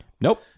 Nope